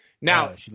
Now